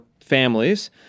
families